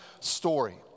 story